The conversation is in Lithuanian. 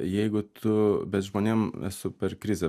jeigu tu bet žmonėm esu per krizę